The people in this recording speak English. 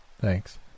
Thanks